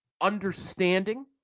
understanding